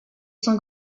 son